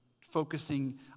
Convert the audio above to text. focusing